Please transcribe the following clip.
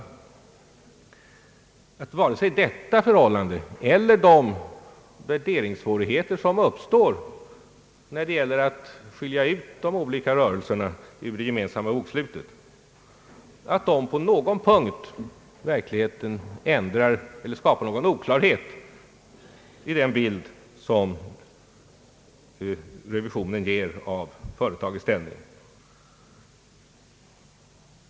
Jag tror inte någon kan göra gällande att vare sig detta förhållande eller de värderingssvårigheter som uppstår, när det gäller att skilja ut de olika rörelserna ur det gemensamma bokslutet, i verkligheten på någon punkt skapar oklarhet i den bild som revisionen ger av företagets ställning.